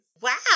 Wow